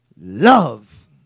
love